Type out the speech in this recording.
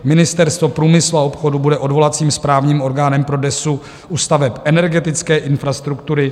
Ministerstvo průmyslu a obchodu bude odvolacím správním orgánem pro DESÚ u staveb energetické infrastruktury.